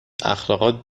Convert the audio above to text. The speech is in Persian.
اخالقات